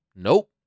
Nope